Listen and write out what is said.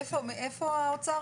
איפה האוצר?